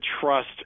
trust